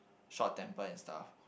short temper and stuff